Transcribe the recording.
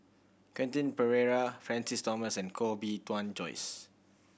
Quentin Pereira Francis Thomas and Koh Bee Tuan Joyce